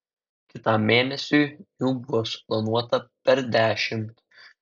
kitam mėnesiui jų buvo suplanuota per dešimt